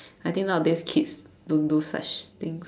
I think nowadays kids don't do such things